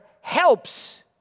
helps